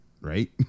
right